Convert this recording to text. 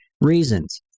reasons